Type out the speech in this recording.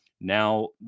Now